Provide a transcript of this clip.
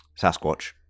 Sasquatch